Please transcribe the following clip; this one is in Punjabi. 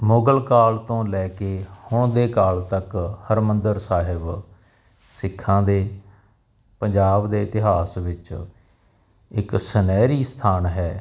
ਮੁਗਲ ਕਾਲ ਤੋਂ ਲੈ ਕੇ ਹੁਣ ਦੇ ਕਾਲ ਤੱਕ ਹਰਿਮੰਦਰ ਸਾਹਿਬ ਸਿੱਖਾਂ ਦੇ ਪੰਜਾਬ ਦੇ ਇਤਿਹਾਸ ਵਿੱਚ ਇੱਕ ਸੁਨਹਿਰੀ ਸਥਾਨ ਹੈ